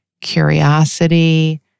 curiosity